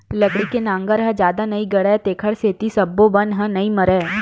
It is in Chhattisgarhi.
लकड़ी के नांगर ह जादा नइ गड़य तेखर सेती सब्बो बन ह नइ मरय